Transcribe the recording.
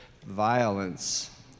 violence